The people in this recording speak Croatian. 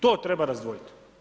To treba razdvojiti.